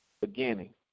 beginning